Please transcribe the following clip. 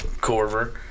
Corver